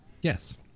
Yes